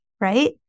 right